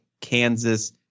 Kansas